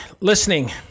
listening